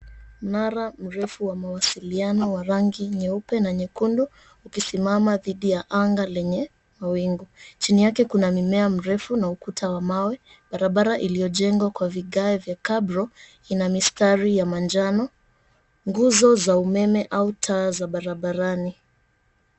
Mnara mrefu wa mawasiliano wa rangi nyeupe na nyekundu ukisimama dhidi ya anga lenye mawingu. Chini yake kuna mimea mirefu na ukuta wa mawe, barabara iliyojengwa kwa vigae vya cabro ina mistari ya manjano, nguzo za umeme au taa za barabarani